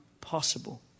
possible